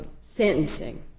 sentencing